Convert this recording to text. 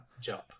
jump